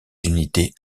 unités